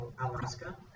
Alaska